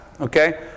Okay